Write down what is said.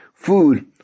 food